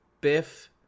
Biff